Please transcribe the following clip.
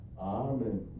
Amen